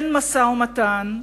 אין משא-ומתן,